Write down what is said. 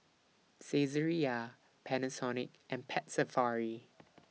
Saizeriya Panasonic and Pet Safari